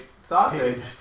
sausage